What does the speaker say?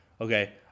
Okay